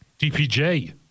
DPJ